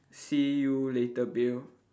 see you later bill